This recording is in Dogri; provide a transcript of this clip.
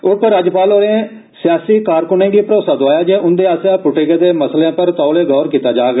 उपराज्यपाल होरें सियासी कारकूनें गी भरोसा द्आया जे उन्दे आसेया प्ट्टे गेदे मसलें पर तौले गौर कीता जाग